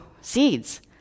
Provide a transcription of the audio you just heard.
seeds